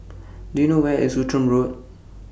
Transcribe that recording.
Do YOU know Where IS Outram Road